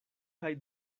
kaj